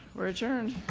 we're adjourned.